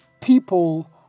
people